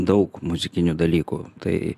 daug muzikinių dalykų tai